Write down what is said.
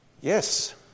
Yes